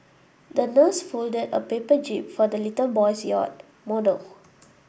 the nurse folded a paper jib for the little boy's yacht model